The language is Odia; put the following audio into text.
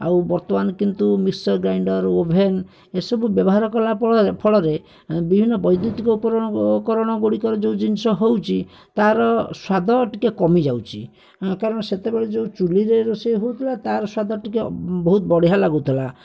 ଆଉ ବର୍ତ୍ତମାନ କିନ୍ତୁ ମିକ୍ସଚର୍ ଗ୍ରାଇଣ୍ଡର୍ ଓଭେନ୍ ଏସବୁ ବ୍ୟବହାର କଲାପରେ ଫଳରେ ବିଭିନ୍ନ ବୈଦ୍ୟୁତିକ ଉପକରଣଗୁଡ଼ିକର ଯେଉଁ ଜିନିଷ ହେଉଛି ତା'ର ସ୍ୱାଦ ଟିକିଏ କମି ଯାଉଛି କାରଣ ସେତେବେଳେ ଯେଉଁ ଚୁଲିରେ ରୋଷେଇ ହେଉଥିଲା ତା'ର ସ୍ୱାଦ ଟିକିଏ ବହୁତ ବଢ଼ିଆ ଲାଗୁଥିଲା